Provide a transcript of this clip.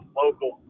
local